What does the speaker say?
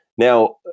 Now